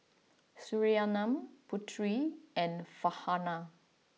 Surinam Putri and Farhanah